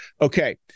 Okay